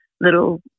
little